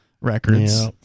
records